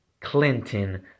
Clinton